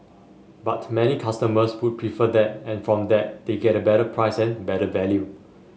but many customers would prefer that and from that they get a better price and better value